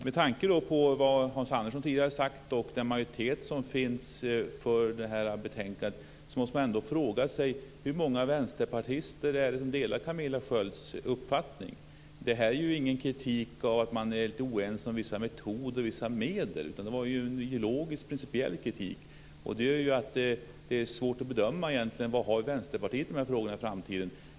Med tanke på vad Hans Andersson tidigare har sagt och den majoritet som finns när det gäller det här betänkandet måste man fråga sig hur många vänsterpartister som delar Camilla Skölds uppfattning. Det här är ju ingen kritik som handlar om att man är oense om vissa metoder och medel. Det är ju en ideologisk och principiell kritik. Det gör att det egentligen är svårt att bedöma var vi har Vänsterpartiet när det gäller dessa frågor i framtiden.